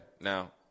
now